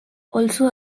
also